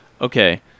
Okay